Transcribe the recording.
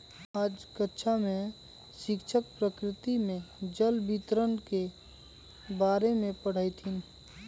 आज कक्षा में शिक्षक प्रकृति में जल वितरण के बारे में पढ़ईथीन